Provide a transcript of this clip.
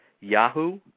Yahoo